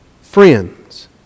friends